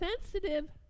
sensitive